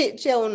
c'è